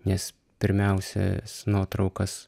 nes pirmiausia nuotraukas